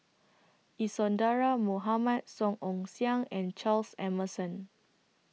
Isadhora Mohamed Song Ong Siang and Charles Emmerson